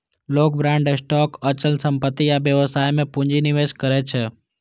लोग bond, stock, अचल संपत्ति आ व्यवसाय मे पूंजी निवेश करै छै